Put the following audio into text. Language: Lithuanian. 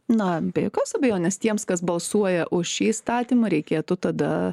na be jokios abejonės tiems kas balsuoja už šį įstatymą reikėtų tada